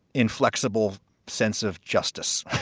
inflexible sense of justice.